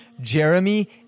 Jeremy